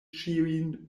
ĉiujn